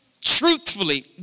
truthfully